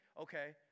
Okay